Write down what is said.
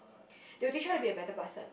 they will teach you how to be a better person